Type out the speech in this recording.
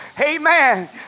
Amen